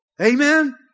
Amen